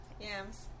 yams